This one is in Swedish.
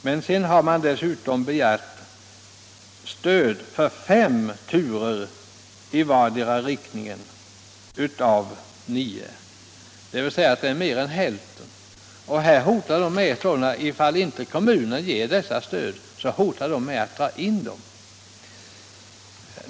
Men sedan har man begärt stöd för fem av totalt nio turer i vardera riktningen, alltså mer än hälften. Och om inte kommunen ger detta stöd, så hotar man med att dra in trafiken.